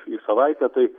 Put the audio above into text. į savaitę tai